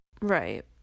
Right